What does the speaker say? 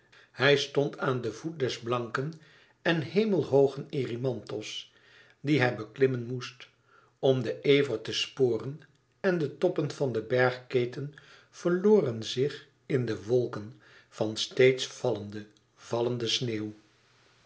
hij stond aan den voet des blanken en hemelhoogen erymanthos dien hij beklimmen moest om den ever te sporen en de toppen van den bergketen verloren zich in de wolken van steeds vallende vallende sneeuw